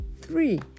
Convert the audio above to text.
Three